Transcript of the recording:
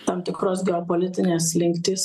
tam tikros geopolitinės slinktys